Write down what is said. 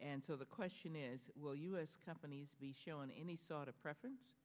and so the question is will u s companies be shown any sort of preference